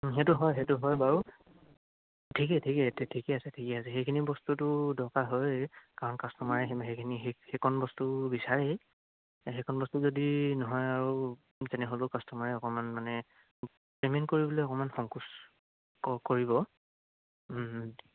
সেইটো হয় সেইটো হয় বাৰু ঠিকে ঠিকে ঠিকে আছে ঠিকে আছে সেইখিনি বস্তুটো দৰকাৰ হয় কাৰণ কাষ্টমাৰে সে সেইখিনি সেইকণ বস্তু বিচাৰেই সেইকণ বস্তু যদি নহয় আৰু তেনেহ'লেও কাষ্টমাৰে অকণমান মানে পে'মেণ্ট কৰিবলে অকণমান সংকোচ ক কৰিব